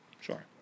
Sure